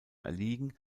erliegen